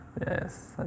Yes